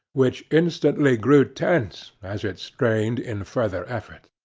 which instantly grew tense as it strained in further effort.